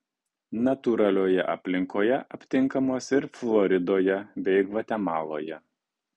natūralioje aplinkoje aptinkamos ir floridoje bei gvatemaloje